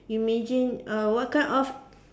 you imagine uh what kind of